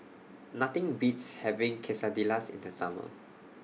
Nothing Beats having Quesadillas in The Summer